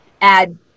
add